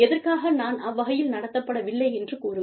எதற்காக நான் அவ்வகையில் நடத்தப்படவில்லை என்று கூறுங்கள்